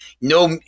no